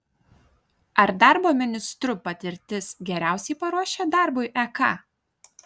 ar darbo ministru patirtis geriausiai paruošia darbui ek